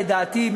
לדעתי,